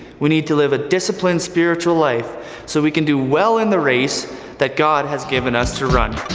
we need to live a disciplined spiritual life so we can do well in the race that god has given us to run.